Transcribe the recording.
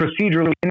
procedurally